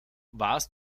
warst